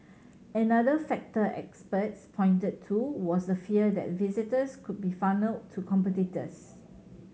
another factor experts pointed to was the fear that visitors could be funnelled to competitors